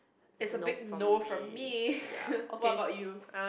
it's a big no from me what about you